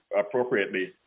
appropriately